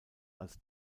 als